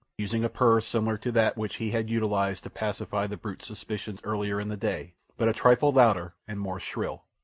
using a purr similar to that which he had utilized to pacify the brute's suspicions earlier in the day, but a trifle louder and more shrill.